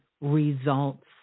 results